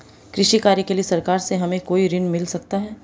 कृषि कार्य के लिए सरकार से हमें कोई ऋण मिल सकता है?